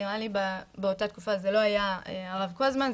נראה לי באותה תקופה זה לא היה הרב קוזמן,